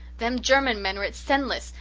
them german men are at senlis.